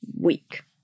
week